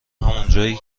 همونجایی